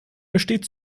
besteht